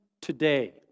today